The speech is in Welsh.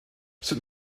sut